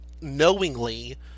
knowingly